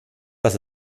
das